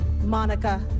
Monica